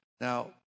Now